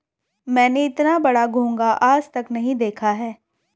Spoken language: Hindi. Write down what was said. मैंने इतना बड़ा घोंघा आज तक नही देखा है